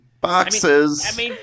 boxes